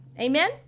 Amen